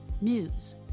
news